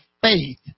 faith